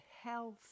health